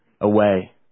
away